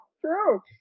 true